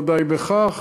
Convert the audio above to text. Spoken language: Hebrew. אם לא די בכך,